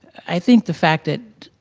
i think the fact that.